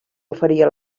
oferia